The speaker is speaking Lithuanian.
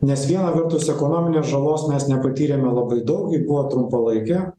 nes viena vertus ekonominės žalos mes nepatyrėme labai daug ji buvo trumpalaikė